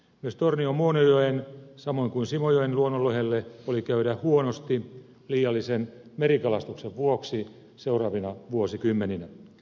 myös tornion muonionjoen samoin kuin simojoen luonnonlohelle oli käydä huonosti liiallisen merikalastuksen vuoksi seuraavina vuosikymmeninä